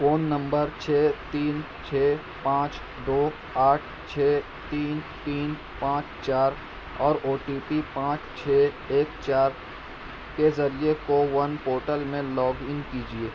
phone number چھ تین چھ پانچ دو آٹھ چھ تین تین پانچ چار اور او ٹی پی پانچ چھ ایک چار کے ذریعے کو ون پورٹل میں لاگ ان کیجیے